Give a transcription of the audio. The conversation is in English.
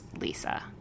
Lisa